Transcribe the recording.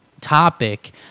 topic